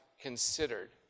considered